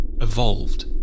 evolved